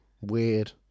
Weird